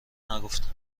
نگفتم